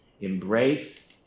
embrace